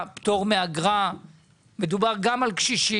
בפטור מאגרה, הרי מדובר גם על קשישים.